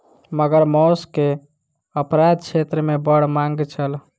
मगर मौस के अपराध क्षेत्र मे बड़ मांग छल